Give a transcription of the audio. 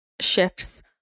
shifts